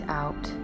out